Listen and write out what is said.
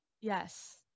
Yes